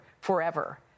forever